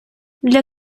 для